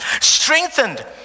Strengthened